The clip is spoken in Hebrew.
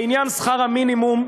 לעניין שכר המינימום,